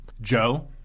Joe